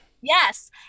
Yes